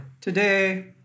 today